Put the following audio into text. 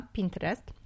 Pinterest